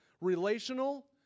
relational